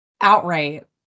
outright